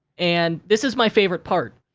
and this is my favorite part.